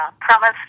promise